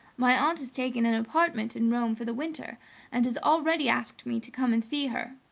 my aunt has taken an apartment in rome for the winter and has already asked me to come and see her.